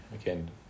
Again